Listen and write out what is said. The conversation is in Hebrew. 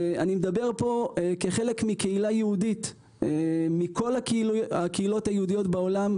אני מדבר פה כחלק מקהילה יהודית מכל הקהילות היהודיות בעולם,